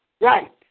Right